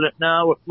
now